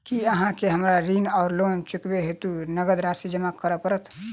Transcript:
की अहाँ केँ हमरा ऋण वा लोन चुकेबाक हेतु नगद राशि जमा करऽ पड़त?